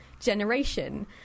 generation